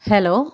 hello